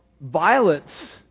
violence